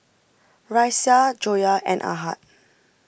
Raisya Joyah and Ahad